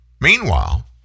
Meanwhile